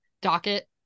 docket